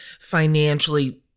financially